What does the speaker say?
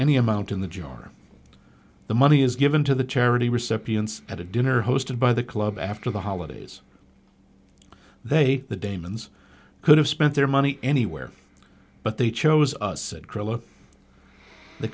any amount in the jar the money is given to the charity recipients at a dinner hosted by the club after the holidays they the daemon's could have spent their money anywhere but they chose us the